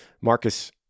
Marcus